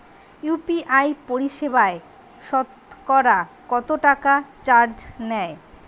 UPI পরিসেবায় সতকরা কতটাকা চার্জ নেয়?